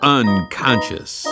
unconscious